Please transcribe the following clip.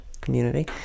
community